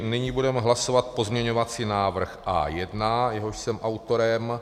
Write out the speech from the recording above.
Nyní budeme hlasovat pozměňovací návrh A1, jehož jsem autorem.